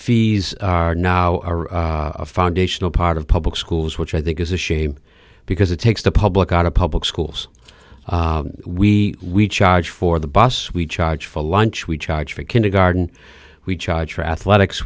fees are now a foundational part of public schools which i think is a shame because it takes the public out of public schools we charge for the bus we charge for lunch we charge for kindergarten we charge for athletics